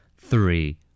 three